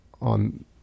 on